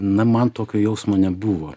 na man tokio jausmo nebuvo